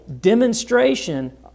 demonstration